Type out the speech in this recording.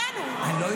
לאן הוא הלך?